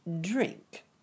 Drink